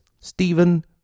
Stephen